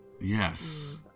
Yes